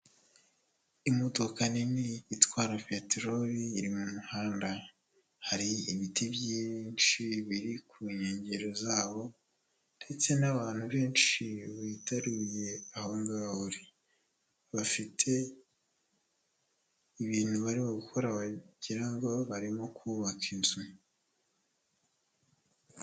Imodoka nini itwara peterori iri mu muhanda, hari ibiti byinshi biri ku nkengero zawo ndetse n'abantu benshi biteruye aho ngaho uri, bafite ibintu barimo gukora wagira ngo barimo kubaka inzu.